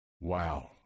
Wow